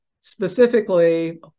Specifically